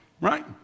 right